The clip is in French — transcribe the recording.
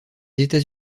états